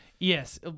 Yes